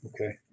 Okay